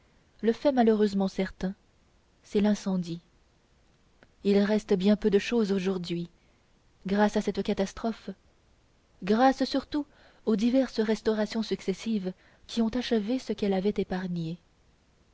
le fait malheureusement certain c'est l'incendie il reste bien peu de chose aujourd'hui grâce à cette catastrophe grâce surtout aux diverses restaurations successives qui ont achevé ce qu'elle avait épargné